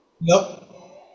Nope